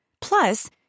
Plus